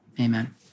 Amen